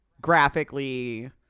graphically